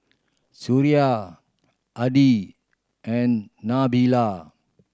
Suria Adi and Nabila